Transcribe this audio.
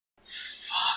Fuck